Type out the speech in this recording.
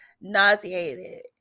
nauseated